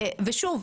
שוב,